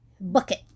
bucket